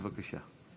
בבקשה.